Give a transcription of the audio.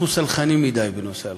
אנחנו סלחניים מדי בנושא האלכוהול.